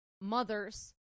mothers